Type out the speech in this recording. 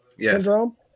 syndrome